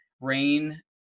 rain